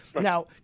Now